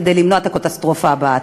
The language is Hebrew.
כדי למנוע את הקטסטרופה הבאה.